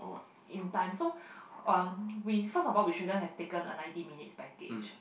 in time so um we first of all we shouldn't have taken a ninety minutes package